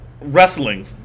wrestling